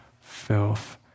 filth